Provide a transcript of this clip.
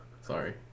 Sorry